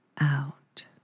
out